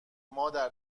مادر